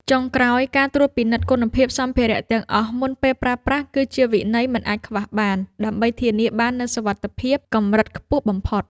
ចុងក្រោយ ការត្រួតពិនិត្យគុណភាពសម្ភារៈទាំងអស់មុនពេលប្រើប្រាស់ គឺជាវិន័យមិនអាចខ្វះបាន ដើម្បីធានាបាននូវសុវត្ថិភាពកម្រិតខ្ពស់បំផុត។